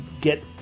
get